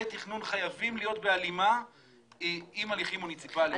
תכנון חייבים להיות בהלימה עם הליכים מוניציפאליים.